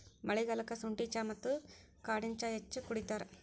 ಮಳಿಗಾಲಕ್ಕ ಸುಂಠಿ ಚಾ ಮತ್ತ ಕಾಡೆನಾ ಹೆಚ್ಚ ಕುಡಿತಾರ